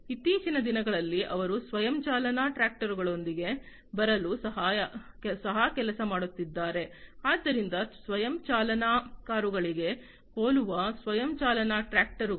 ಇತ್ತೀಚಿನ ದಿನಗಳಲ್ಲಿ ಅವರು ಸ್ವಯಂ ಚಾಲನಾ ಟ್ರಾಕ್ಟರುಗಳೊಂದಿಗೆ ಬರಲು ಸಹ ಕೆಲಸ ಮಾಡುತ್ತಿದ್ದಾರೆ ಆದ್ದರಿಂದ ಸ್ವಯಂ ಚಾಲನಾ ಕಾರುಗಳಿಗೆ ಹೋಲುವ ಸ್ವಯಂ ಚಾಲನಾ ಟ್ರಾಕ್ಟರು ಗಳು